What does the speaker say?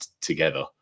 together